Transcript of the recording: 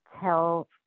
tell